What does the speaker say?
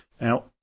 Now